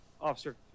Officer